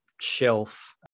shelf